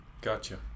Gotcha